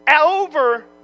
Over